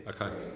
Okay